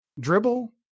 dribble